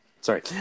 Sorry